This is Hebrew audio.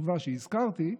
החשובה שהזכרתי,